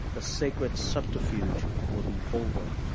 the sacred subterfuge will be over.